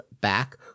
back